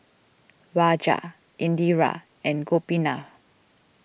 Raja Indira and Gopinath